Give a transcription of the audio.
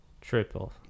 Triple